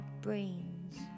brains